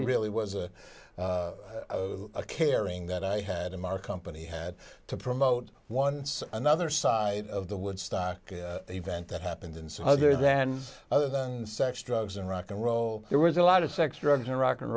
it really was a caring that i had him our company had to promote once another side of the woodstock event that happened and so other than other than sex drugs and rock n roll there was a lot of sex drugs and rock and